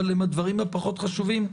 אבל הם הדברים הפחות חשובים,